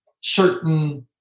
certain